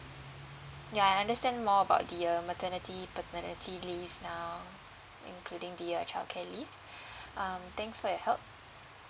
ya I understand more about the uh maternity paternity leaves now including the uh childcare leave um thanks for your help